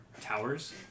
towers